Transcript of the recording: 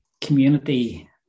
community